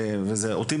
ואותי,